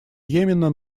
йемена